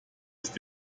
ist